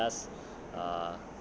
well then that they just